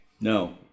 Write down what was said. No